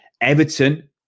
Everton